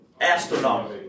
astronaut